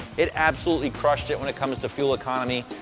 it absolutely crushed it when it comes to fuel economy,